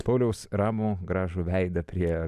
pauliaus ramų gražų veidą prie